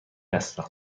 هستم